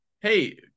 Hey